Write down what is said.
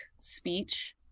speech